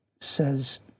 says